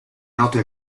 note